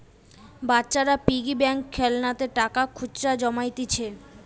বাচ্চারা piggy bank খেলনাতে টাকা খুচরা জমাইতিছে